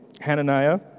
Hananiah